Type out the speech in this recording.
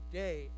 day